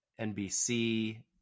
NBC